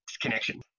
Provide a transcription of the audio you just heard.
connection